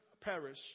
perish